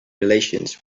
relations